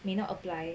may not apply